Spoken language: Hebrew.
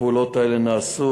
הפעולות האלה נעשו.